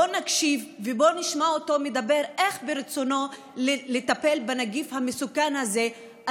בואו נקשיב ובואו נשמע אותו מדבר איך ברצונו לטפל בנגיף המסוכן הזה,